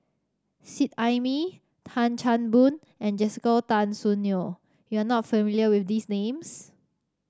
Seet Ai Mee Tan Chan Boon and Jessica Tan Soon Neo you are not familiar with these names